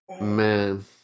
man